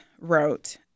wrote